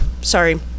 Sorry